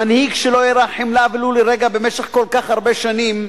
מנהיג שלא הראה חמלה ולו לרגע במשך כל כך הרבה שנים,